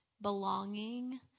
belonging